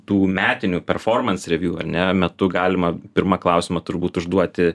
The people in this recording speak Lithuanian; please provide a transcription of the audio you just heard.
tų metinių performans reviū ar ne metu galima pirmą klausimą turbūt užduoti